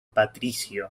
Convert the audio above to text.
patricio